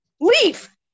Leave